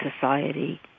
society